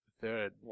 third